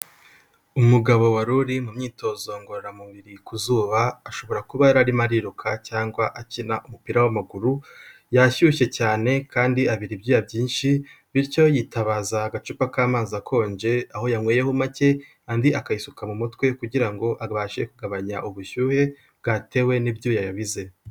Umugabo wari uri mu myitozo ngororamubiri ku zuba ashobora kuba yarimo ariruka cyangwa akina umupira w'amaguru, yashyushye cyane kandi abira ibyuya byinshi bityo yitabaza agacupa k'amazi akonje aho yanyweyeho make andi akayisuka mu mutwe kugira ngo abashe kugabanya ubushyuhe bwatewe n'ibyoyabize.